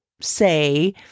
say